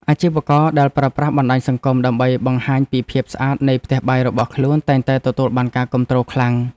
អាជីវករដែលប្រើប្រាស់បណ្តាញសង្គមដើម្បីបង្ហាញពីភាពស្អាតនៃផ្ទះបាយរបស់ខ្លួនតែងតែទទួលបានការគាំទ្រខ្លាំង។